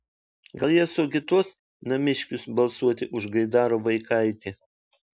gal jie suagituos namiškius balsuoti už gaidaro vaikaitį